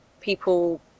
people